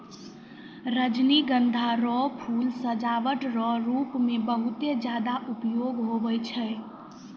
रजनीगंधा रो फूल सजावट रो रूप मे बहुते ज्यादा उपयोग हुवै छै